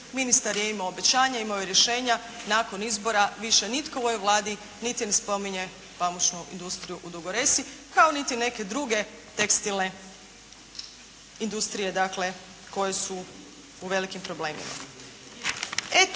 ministar je imao obećanja, imao je rješenja nakon izbora više nitko u ovoj Vladi niti ne spominje pamučnu industriju u Dugoj Resi kao niti neke druge tekstilne industrije koje su u velikim problemima.